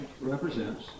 represents